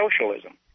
socialism